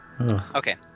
Okay